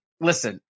listen